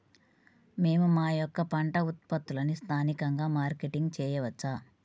మేము మా యొక్క పంట ఉత్పత్తులని స్థానికంగా మార్కెటింగ్ చేయవచ్చా?